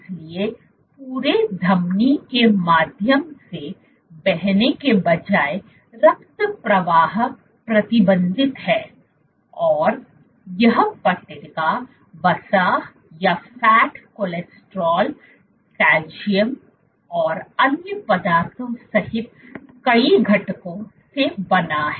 इसलिए पूरे धमनी के माध्यम से बहने के बजाय रक्त प्रवाह प्रतिबंधित है और यह पट्टिका वसा कोलेस्ट्रॉल कैल्शियम और अन्य पदार्थों सहित कई घटकों से बना है